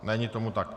Není tomu tak.